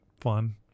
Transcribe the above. fun